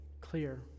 clear